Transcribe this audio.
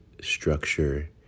structure